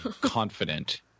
confident